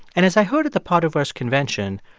and as i heard at the potterverse convention,